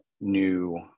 new